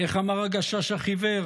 איך אמר הגשש החיוור?